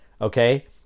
Okay